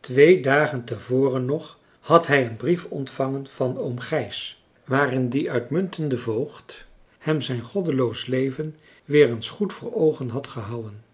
twee dagen te voren nog had hij een brief ontvangen van oom gijs waarin die uitmuntende voogd hem zijn goddeloos leven weer eens goed voor oogen had gehouden